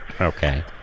Okay